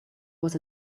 was